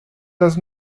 does